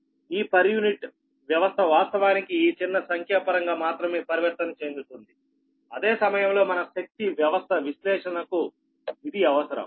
ఈ per unit వ్యవస్థ వాస్తవానికి ఈ చిన్న సంఖ్యాపరంగా మాత్రమే పరివర్తన చెందుతుంది అదే సమయంలో మన శక్తి వ్యవస్థ విశ్లేషణకు ఇది అవసరం